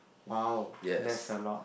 !wow! that's a lot